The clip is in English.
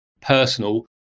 personal